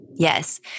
Yes